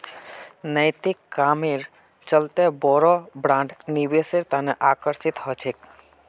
नैतिक कामेर चलते बोरो ब्रैंड निवेशेर तने आकर्षित ह छेक